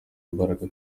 imbaraga